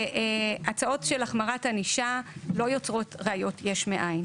הצעות של החמרת ענישה לא יוצרות ראיות יש מאין.